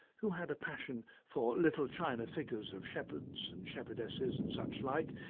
who had a passion for little china figures of shepherds and shepherdesses and suchlike,